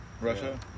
Russia